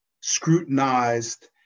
scrutinized